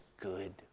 good